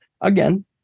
again